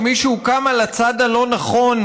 כשמישהו קם על הצד הלא-נכון,